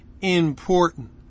important